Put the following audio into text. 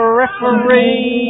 referee